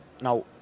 Now